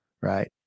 Right